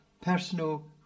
personal